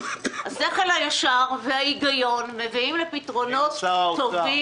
השכל הישר וההיגיון מביאים לפתרונות טובים.